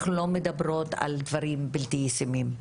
אנחנו לא מדברות על דברים בלתי ישימים.